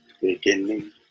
beginning